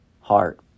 heart